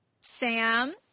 Sam